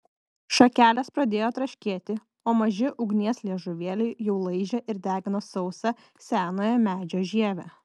šakelės pradėjo traškėti o maži ugnies liežuvėliai jau laižė ir degino sausą senojo medžio žievę